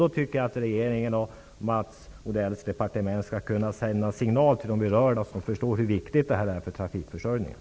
Jag tycker att regeringen och Mats Odells departement skall kunna sända en signal till de berörda så att de förstår hur viktigt detta är för trafikförsörjningen.